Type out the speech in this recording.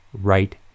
right